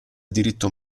diritto